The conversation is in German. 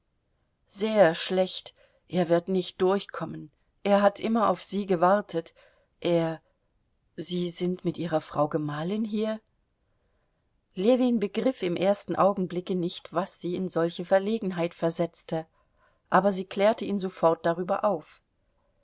sehr schlecht er wird nicht durchkommen er hat immer auf sie gewartet er sie sind mit ihrer frau gemahlin hier ljewin begriff im ersten augenblicke nicht was sie in solche verlegenheit versetzte aber sie klärte ihn sofort darüber auf